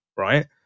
right